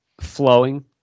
Flowing